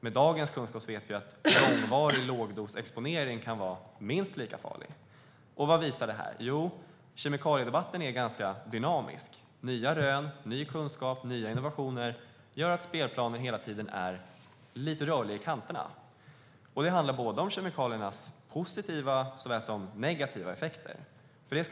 Med dagens kunskap vet vi att långvarig lågdosexponering kan vara minst lika farlig. Vad visar då detta? Kemikaliedebatten är ganska dynamisk. Nya rön, ny kunskap och nya innovationer gör att spelplanen hela tiden är lite rörlig i kanterna. Det handlar om kemikaliernas såväl positiva som negativa effekter.